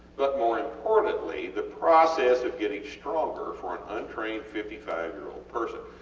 but more importantly the process of getting stronger, for an untrained fifty five year old person,